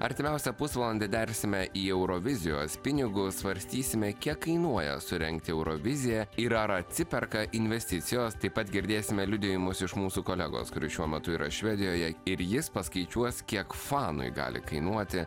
artimiausią pusvalandį nersime į eurovizijos pinigus svarstysime kiek kainuoja surengti euroviziją ir ar atsiperka investicijos taip pat girdėsime liudijimus iš mūsų kolegos kuris šiuo metu yra švedijoje ir jis paskaičiuos kiek fanui gali kainuoti